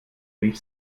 rief